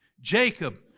Jacob